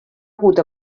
hagut